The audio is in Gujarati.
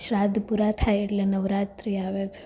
શ્રાદ્ધ પૂરા થાય એટલે નવરાત્રી આવે છે